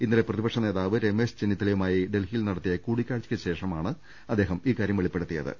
ഇന്നലെ പ്രതിപക്ഷ നേതാവ് രമേശ് ചെന്നിത്തലയുമായി ഡൽഹിയിൽ നടത്തിയ കൂടി ക്കാഴ്ചക്ക് ശേഷമാണ് അദ്ദേഹം ഇക്കാര്യം വെളിപ്പെടുത്തിയത്